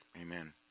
Amen